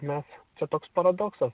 mes čia toks paradoksas